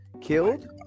killed